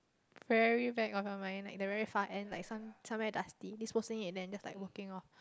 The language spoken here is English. very back of your mind like the very far end like some somewhere dusty disposing then just like walking off